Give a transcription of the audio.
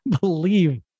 believe